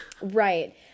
right